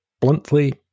bluntly